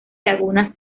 lagunas